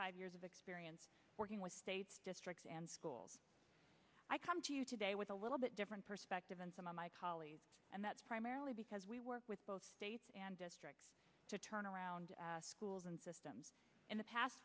five years of experience working with state districts and schools i come to you today with a little bit different perspective than some of my colleagues and that's primarily because we work with both states and districts to turn around schools and systems in the past